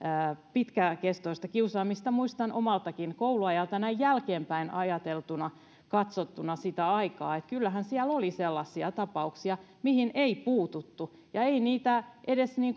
pitkäkestoista kiusaamista muistan omaltakin kouluajalta näin jälkeenpäin ajateltuna ja katsottuna sitä aikaa että kyllähän siellä oli sellaisia tapauksia mihin ei puututtu ja ei sitä edes